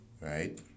Right